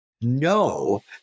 No